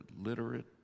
literate